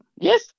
Yes